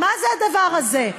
מה זה הדבר הזה?